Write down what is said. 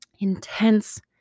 intense